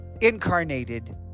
incarnated